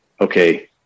Okay